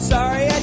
Sorry